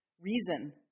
reason